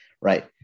Right